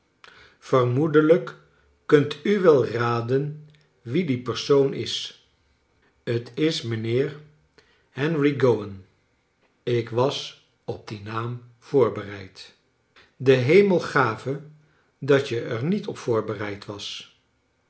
yermoedelijk kunt u wel raden wie die per soon is t is mijnheer henry growan ik was op dien naam voorbereid de hemel gave dat je er niet op voorbereid was